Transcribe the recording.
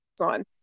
on